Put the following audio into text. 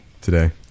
today